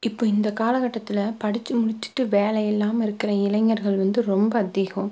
இப்போது இந்த காலகட்டத்தில் படிச்சி முடிச்சுட்டு வேலை இல்லாமல் இருக்கிற இளைஞர்கள் வந்து ரொம்ப அதிகம்